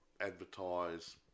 advertise